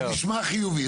זה נשמע חיובי.